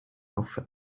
auf